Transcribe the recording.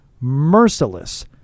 merciless